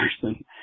person